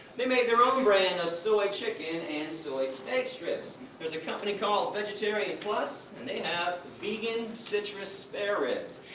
they made their own brand of soy chicken and soy steak strips. there's a company called vegetarian plus, and they have vegan, citrus spareribs.